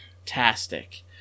fantastic